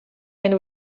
and